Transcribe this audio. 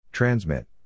Transmit